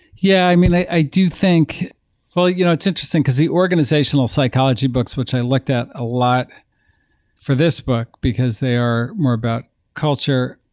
yeah. i mean, i do think well you know it's interesting, because the organizational psychology books which i looked at a lot for this book, because they are more about culture,